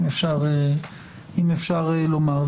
אם אפשר לומר.